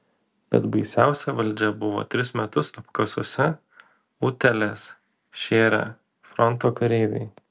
bet baisiausia valdžia buvo tris metus apkasuose utėles šėrę fronto kareiviai